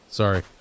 sorry